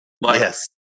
Yes